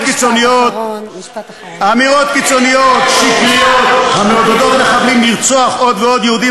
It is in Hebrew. אצלם אתה נחשב לצדיק, והם אצלך נחשבים לצדיקים.